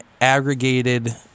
aggregated